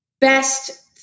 best